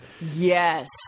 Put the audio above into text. Yes